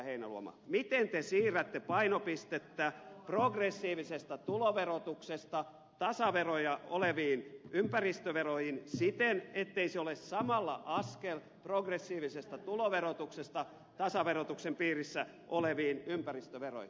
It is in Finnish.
heinäluoma miten te siirrätte painopistettä progressiivisesta tuloverotuksesta tasaveroihin kuuluviin ympäristöveroihin siten ettei se ole samalla askel progressiivisesta tuloverotuksesta tasaverotuksen piirissä oleviin ympäristöveroihin